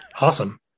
Awesome